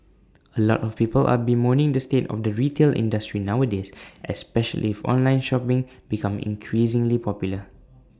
A lot of people are bemoaning the state of the retail industry nowadays especially for online shopping becoming increasingly popular